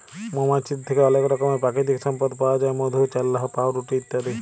মমাছিদের থ্যাকে অলেক রকমের পাকিতিক সম্পদ পাউয়া যায় মধু, চাল্লাহ, পাউরুটি ইত্যাদি